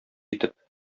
итеп